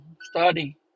study